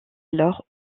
alors